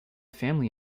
family